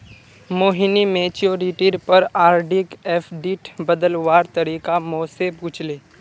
मोहिनी मैच्योरिटीर पर आरडीक एफ़डीत बदलवार तरीका मो से पूछले